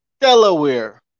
Delaware